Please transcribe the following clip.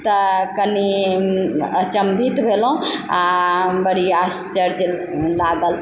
तऽ कनि अचंभित भेलहुँ आ बड़ी आश्चर्य लागल